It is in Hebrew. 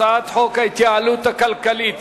הצעת חוק ההתייעלות הכלכלית